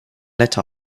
let